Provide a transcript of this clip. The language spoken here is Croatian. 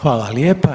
Hvala lijepa.